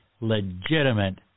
legitimate